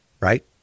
right